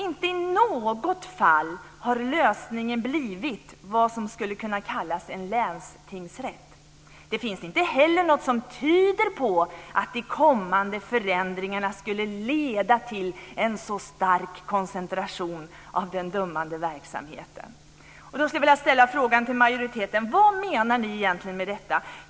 - Inte i något fall har lösningen blivit vad som skulle kunna kallas en länstingsrätt; det finns inte heller något som tyder på att de kommande förändringarna skulle leda till en så stark koncentration av den dömande verksamheten." Vad menar ni egentligen med detta?